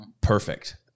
perfect